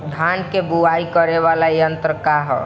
धान के बुवाई करे वाला यत्र का ह?